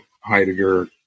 Heidegger